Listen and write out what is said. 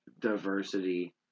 diversity